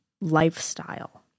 lifestyle